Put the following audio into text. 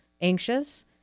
anxious